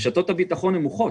רשתות הביטחון נמוכות.